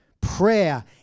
Prayer